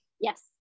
yes